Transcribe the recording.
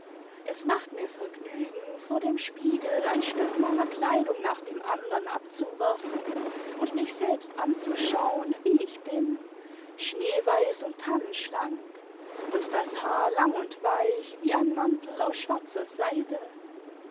es macht mir vergnügen vor dem spiegel ein stück meiner kleidung nach dem andern abzuwerfen und mich selbst anzuschauen wie ich bin schneeweiß und tannenschlank und das haar lang und weich wie ein mantel aus schwarzer seide